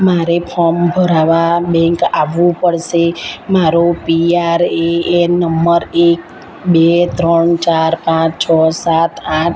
મારે ફોમ ભરવા બેન્ક આવવું પડશે મારો પીઆરએએન નંબર એક બે ત્રણ ચાર પાંચ છ સાત આઠ